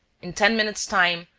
in ten minutes' time,